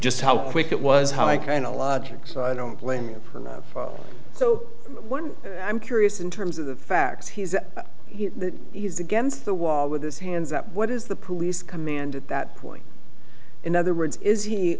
just how quick it was how i kind of logic so i don't blame your printer so one i'm curious in terms of the facts he's he's against the wall with his hands up what is the police command at that point in other words is he